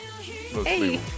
Hey